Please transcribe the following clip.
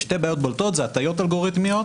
שתי בעיות בולטות זה הטיות אלגוריתמיות